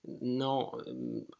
No